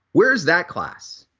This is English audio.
where's that class.